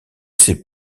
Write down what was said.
sais